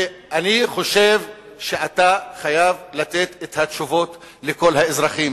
ואני חושב שאתה חייב לתת את התשובות לכל האזרחים